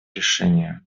решение